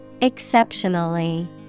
Exceptionally